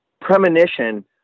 premonition